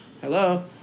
hello